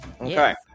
Okay